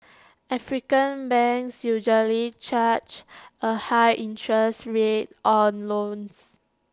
African banks usually charge A high interest rate on loans